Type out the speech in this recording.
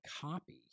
copy